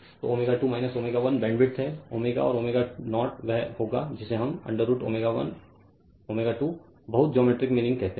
तो ω 2 ω 1 बैंडविड्थ है ω और ω0 वह होगा जिसे हम √ ω 1 ω2 बहुत जियोमेट्रिक मीनिंग कहते हैं